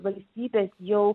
valstybės jau